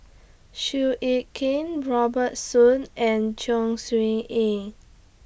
Seow Yit Kin Robert Soon and Chong Siew Ying